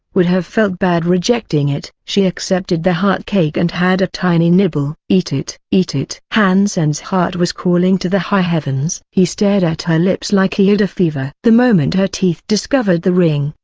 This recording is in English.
would have felt bad rejecting it. she accepted the heart cake and had a tiny nibble. eat it! eat it! han sen's heart was calling to the high-heavens. he stared at her lips like he had a fever. the moment her teeth discovered the ring,